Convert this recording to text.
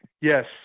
yes